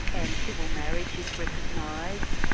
and civil marriage is recognised.